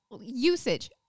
usage